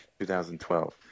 2012